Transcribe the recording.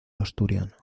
asturiano